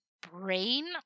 brain